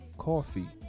Coffee